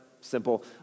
Simple